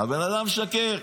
הבן אדם משקר.